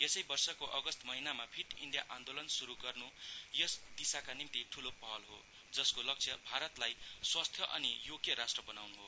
यसै वर्षको अगस्त महिनामा फिट इण्डिया आन्दोलन शुरु गर्न् यस दिशाका निम्ति ठूलो पहल हो जसको लक्ष्य भारतलाई स्वस्थ अनि योग्य राष्ट्र बनाउनु हो